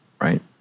right